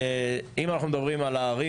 אם אנחנו מדברים על הערים,